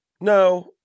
no